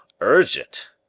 urgent